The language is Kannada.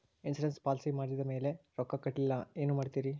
ಇನ್ಸೂರೆನ್ಸ್ ಪಾಲಿಸಿ ಮಾಡಿದ ಮೇಲೆ ರೊಕ್ಕ ಕಟ್ಟಲಿಲ್ಲ ಏನು ಮಾಡುತ್ತೇರಿ?